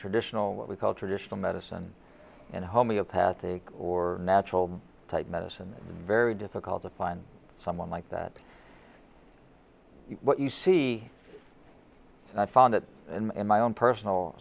traditional what we call traditional medicine and homeopathy or natural type medicine very difficult to find someone like that what you see and i found it and in my own personal